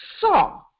saw